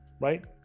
right